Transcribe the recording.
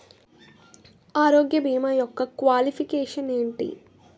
ఆరోగ్య భీమా యెక్క క్వాలిఫికేషన్ ఎంటి?